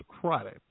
Friday